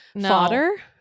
fodder